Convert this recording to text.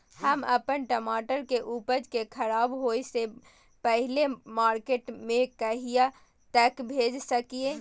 हम अपन टमाटर के उपज के खराब होय से पहिले मार्केट में कहिया तक भेज सकलिए?